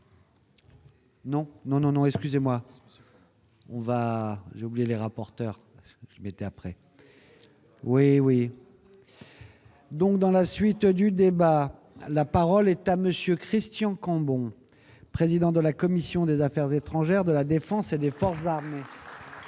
Non, non, non, non, excusez-moi, où va, j'ai oublié les rapporteurs. Je m'étais après oui oui. Donc dans la suite du débat, la parole est à monsieur Christian Cambon, président de la commission des Affaires étrangères de la Défense et des forces warm. Retrouvant